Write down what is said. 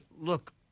look